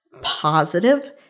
positive